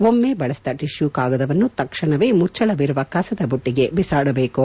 ಒಮ್ಮೆ ಬಳಸಿದ ಟಿಷ್ಯೂ ಕಾಗದವನ್ನು ತಕ್ಷಣ ಮುಚ್ಲಳವಿರುವ ಕಸದ ಬುಟ್ಟಿಗೆ ಬಿಸಾಡಬೇಕು